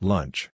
Lunch